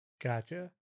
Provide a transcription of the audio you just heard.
Gotcha